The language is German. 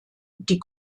die